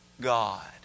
God